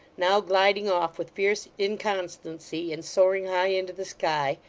now gliding off with fierce inconstancy and soaring high into the sky,